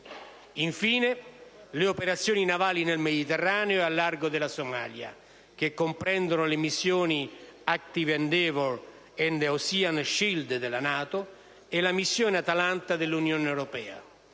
un cenno alle operazioni navali nel Mediterraneo e al largo della Somalia, che comprendono le missioni *Active Endeavour* e *Ocean Shield* della NATO e la missione Atalanta dell'Unione europea.